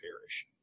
perish